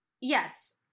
Yes